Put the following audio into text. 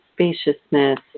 spaciousness